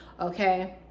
okay